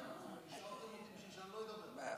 השארתם אותי בשביל שאני לא אדבר.